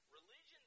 Religion